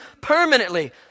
permanently